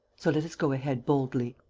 so let us go ahead boldly.